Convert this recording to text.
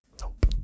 Nope